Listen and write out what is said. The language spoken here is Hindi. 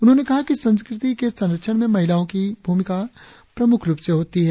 उन्होंने कहा कि संस्कृति के संरक्षण में महिलाओ की भूमिका प्रमुख रुप से होती है